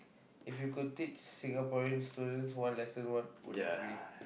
if you could teach Singaporeans students one lesson what would it be